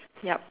yup